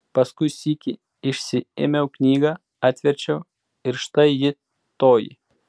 paskui sykį išsiėmiau knygą atverčiau ir štai ji toji